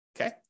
okay